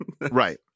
right